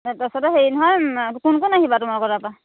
তাৰ পাছতে হেৰি নহয় কোন কোন আহিবা তোমালোকৰ তাৰপৰা